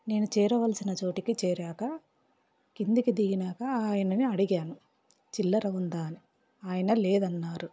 నేను చేరవలసిన చోటికి చేరాక కిందికి దిగినాక ఆయనని అడిగాను చిల్లర ఉందా అని ఆయన లేదన్నారు